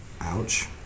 Ouch